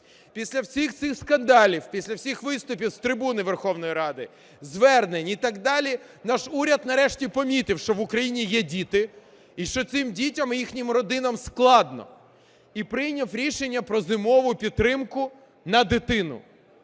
Після всіх цих скандалів, після всіх виступів з трибуни Верховної Ради, звернень і так далі, наш уряд нарешті помітив, що в Україні є діти і що цим дітям і їхнім родинам складно, і прийняв рішення про зимову підтримку на дитину.